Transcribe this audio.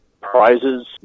prizes